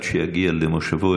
עד שיגיע למושב:.